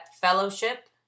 fellowship